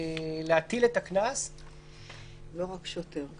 להטיל את הקנס הוא לא רק שוטר,